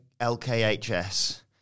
LKHS